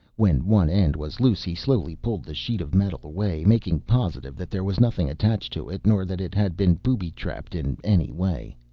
when one end was loose he slowly pulled the sheet of metal away, making positive that there was nothing attached to it, nor that it had been booby-trapped in any way.